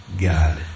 God